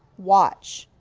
watch.